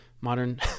modern